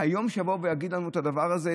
כיום שיבואו ויגידו לנו את הדבר הזה,